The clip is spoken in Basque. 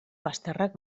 bazterrak